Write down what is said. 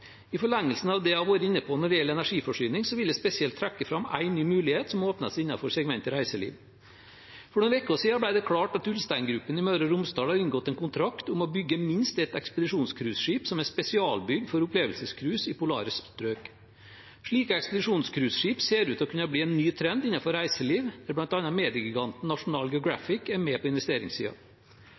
I forlengelsen av det jeg har vært inne på når det gjelder energiforsyning, vil jeg spesielt trekke fram en ny mulighet som åpner seg innenfor segmentet reiseliv. For noen uker siden ble det klart at Ulsteingruppen i Møre og Romsdal har inngått en kontrakt om å bygge minst ett ekspedisjonscruiseskip som er spesialbygd for opplevelsescruise i polare strøk. Slike ekspedisjonscruiseskip ser ut til å kunne bli en ny trend innenfor reiseliv, der bl.a. mediegiganten National Geographic er med på